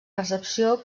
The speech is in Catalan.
recepció